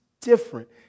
different